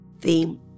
theme